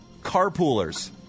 carpoolers